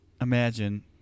imagine